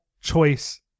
choice